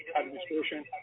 administration